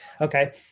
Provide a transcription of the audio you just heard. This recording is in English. okay